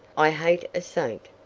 i hate a saint.